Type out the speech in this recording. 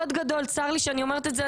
צר לי שאני אומרת את זה,